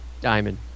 Diamond